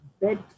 bed